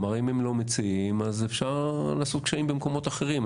אם הם לא מציעים אז אפשר לעשות קשיים במקומות אחרים.